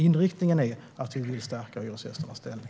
Inriktningen är dock att vi vill stärka hyresgästernas ställning.